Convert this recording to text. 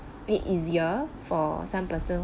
bit easier for some person